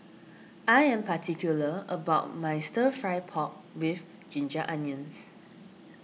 I am particular about my Stir Fry Pork with Ginger Onions